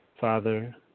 father